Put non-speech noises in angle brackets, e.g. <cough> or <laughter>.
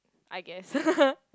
I guess <laughs>